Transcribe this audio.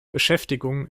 beschäftigung